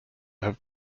have